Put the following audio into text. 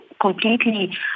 completely